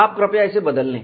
आप कृपया इसे बदल ले